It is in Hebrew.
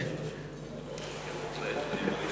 זה